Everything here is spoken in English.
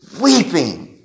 weeping